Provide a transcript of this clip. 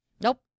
Nope